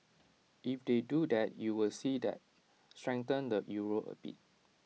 if they do that you would see that strengthen the euro A bit